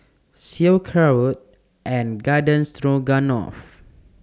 Sauerkraut and Garden Stroganoff